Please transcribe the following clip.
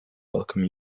welcome